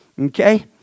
Okay